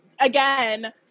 again